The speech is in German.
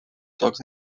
tages